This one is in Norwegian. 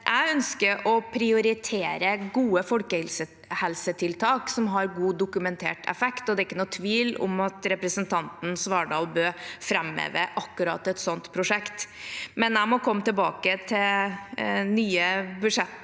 Jeg ønsker å prioritere gode folkehelsetiltak som har god dokumentert effekt, og det er ikke noen tvil om at representanten Svardal Bøe framhever akkurat et sånt prosjekt, men jeg må komme tilbake til nye budsjettrunder